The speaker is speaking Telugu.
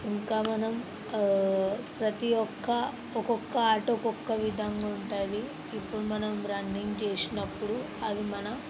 ఇంకా మనం ప్రతి ఒక్క ఒక్కొక్క ఆట ఒక్కొక్క విధంగా ఉంటుంది ఇప్పుడు మనం రన్నింగ్ చేసినప్పుడు అది మన